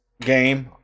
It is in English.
game